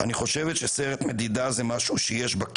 אני חושבת שסרט מדידה זה משהו שיש עדיין